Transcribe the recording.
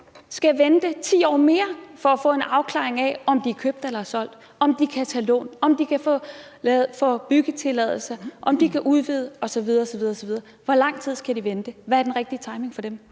skal vente 10 år mere for at få en afklaring af, om de er købt eller solgt, om de kan tage lån, om de kan få byggetilladelse, om de kan udvide osv. osv.? Hvor lang tid skal de vente? Hvad er den rigtige timing for dem?